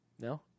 No